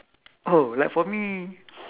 oh like for me